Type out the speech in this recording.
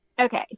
Okay